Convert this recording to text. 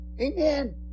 Amen